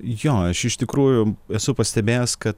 jo aš iš tikrųjų esu pastebėjęs kad